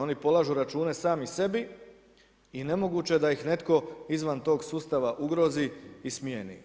Oni polažu račune sami sebi i nemoguće da ih netko izvan tog sustava ugrozi i smijeni.